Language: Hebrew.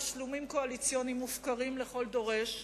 תשלומים קואליציוניים מופקרים לכל דורש,